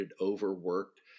overworked